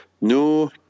no